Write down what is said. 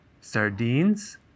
sardines